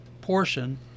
portion